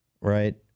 right